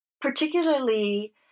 particularly